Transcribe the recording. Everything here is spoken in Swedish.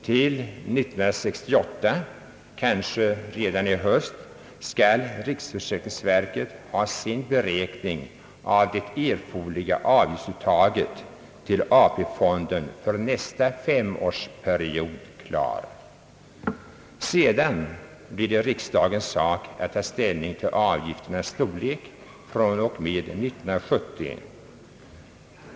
Till 1968, kanske redan i höst, skall riksförsäkringsverket ha sin beräkning av det erforderliga avgiftsuttaget till AP-fonden för nästa femårsperiod klar. Sedan blir det riksdagens sak att ta ställning till avgifternas storlek fr.o.m. 1970.